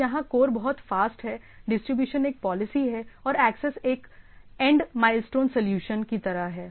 तो यहां कोर बहुत फास्ट है डिस्ट्रीब्यूशन एक पॉलिसी है और एक्सेस एक एंड माइलस्टोन सलूशन की तरह है